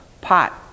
pot